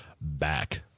back